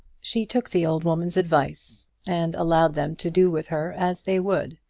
she took the old woman's advice, and allowed them to do with her as they would.